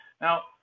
Now